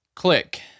Click